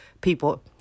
people